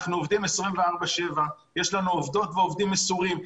אנחנו עובדים 24/7. יש לנו עובדות ועובדים מסורים,